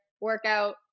workout